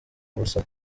ubusa